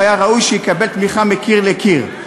שהיה ראוי שיקבל תמיכה מקיר לקיר,